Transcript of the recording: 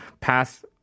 pass